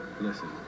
Listen